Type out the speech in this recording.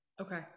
Okay